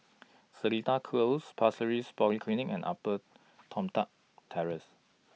Seletar Close Pasir Ris Polyclinic and Upper Toh Tuck Terrace